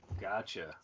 Gotcha